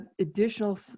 additional